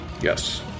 Yes